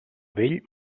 vell